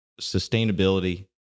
sustainability